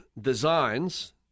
designs